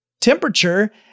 Temperature